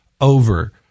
over